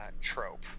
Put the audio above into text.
trope